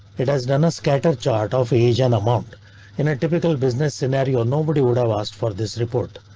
it has done a scatter chart of age and amount in a typical business scenario, nobody would have asked for this report,